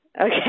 okay